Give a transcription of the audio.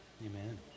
Amen